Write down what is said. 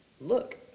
look